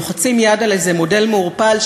לוחצים יד על איזה מודל מעורפל,